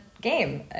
game